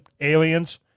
aliens